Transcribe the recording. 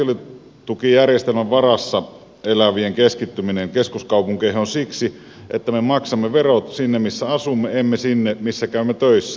ongelmallista sosiaalitukijärjestelmän varassa elävien keskittyminen keskuskaupunkeihin on siksi että me maksamme verot sinne missä asumme emme sinne missä käymme töissä